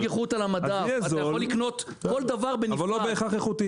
אז יהיה זול אבל לא בהכרח איכותי.